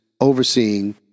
overseeing